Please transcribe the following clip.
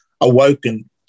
awoken